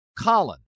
Colin